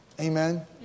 Amen